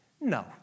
No